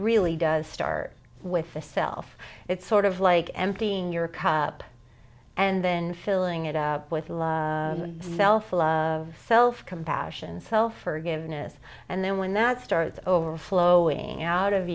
really does start with the self it's sort of like emptying your cup and then filling it up with love self love self compassion self forgiveness and then when that starts overflowing out of